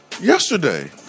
yesterday